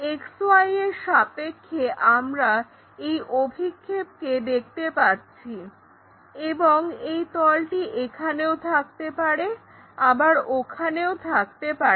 XY এর সাপেক্ষে আমরা এই অভিক্ষেপকে দেখতে পাচ্ছি এবং এই তলটি এখানেও থাকতে পারে আবার ওখানেও থাকতে পারে